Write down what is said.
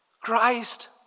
Christ